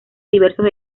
diversos